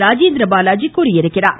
ராஜேந்திர பாலாஜி தெரிவித்துள்ளார்